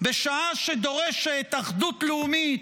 בשעה שדורשת אחדות לאומית,